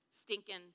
stinking